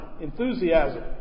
enthusiasm